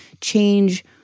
change